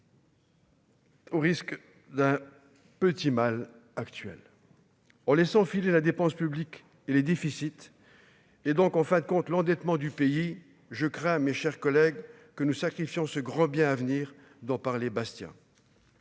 Au risque d'un petit mal actuel en laissant filer la dépense publique et les déficits et donc en fin de compte, l'endettement du pays, je crains, mes chers collègues, que nous sacrifions ce grand bien à venir d'en parler, Bastia,